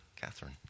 Catherine